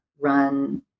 run